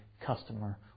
customer